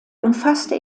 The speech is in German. umfasste